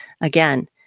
again